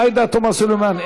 עאידה תומא סלימאן,